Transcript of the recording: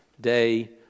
day